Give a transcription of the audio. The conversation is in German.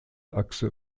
achse